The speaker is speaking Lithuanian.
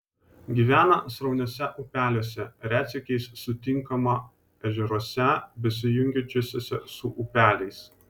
gyvena srauniuose upeliuose retsykiais sutinkama ežeruose besijungiančiuose su upeliais